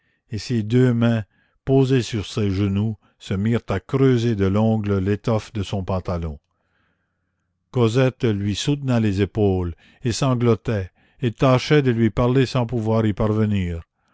et ses deux mains posées sur ses genoux se mirent à creuser de l'ongle l'étoffe de son pantalon cosette lui soutenait les épaules et sanglotait et tâchait de lui parler sans pouvoir y parvenir